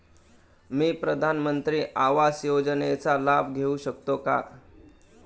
मी प्रधानमंत्री आवास योजनेचा लाभ घेऊ शकते का?